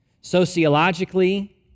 Sociologically